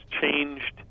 changed